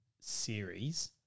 series